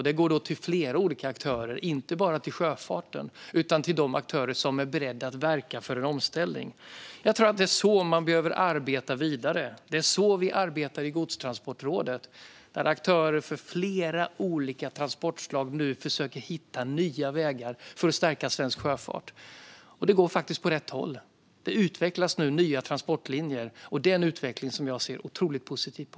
Det går då till flera olika aktörer, alltså inte bara till sjöfarten utan till de aktörer som är beredda att verka för en omställning. Jag tror att det är så man behöver arbeta vidare. Det är så vi arbetar i Godstransportrådet där aktörer för flera olika transportslag nu försöker hitta nya vägar för att stärka svensk sjöfart. Det går faktiskt åt rätt håll. Det utvecklas nu nya transportlinjer, och det är en utveckling som jag ser otroligt positivt på.